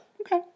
Okay